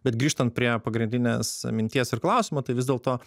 bet grįžtant prie pagrindinės minties ir klausimo tai vis dėlto